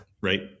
right